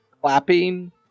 clapping